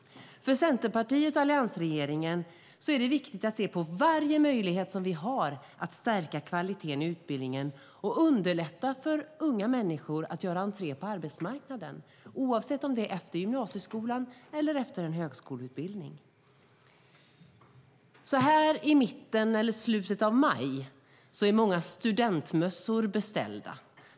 För Centerpartiet och alliansregeringen är det viktigt att titta på varje möjlighet vi har att stärka kvaliteten i utbildningen och underlätta för unga människor att göra entré på arbetsmarknaden, oavsett om det är efter gymnasieskolan eller efter en högskoleutbildning. Så här i mitten eller slutet av maj är många studentmössor beställda.